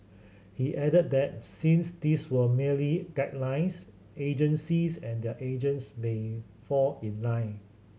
he added that since these were merely guidelines agencies and their agents may fall in line